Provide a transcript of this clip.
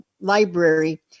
library